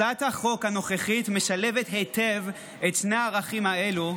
הצעת החוק הנוכחית משלבת היטב את שני הערכים האלה,